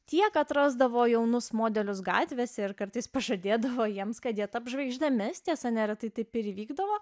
tiek atrasdavo jaunus modelius gatvėse ir kartais pažadėdavo jiems kad jie taps žvaigždėmis tiesa neretai taip ir įvykdavo